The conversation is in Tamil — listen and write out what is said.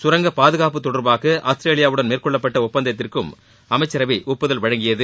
சுரங்க பாதுகாப்பு தொடர்பாக ஆஸ்திரேலியாவுடன் மேற்கொள்ளப்பட்ட ஒப்பந்தத்திற்கும் அமைச்சரவை ஒப்புதல் வழங்கியது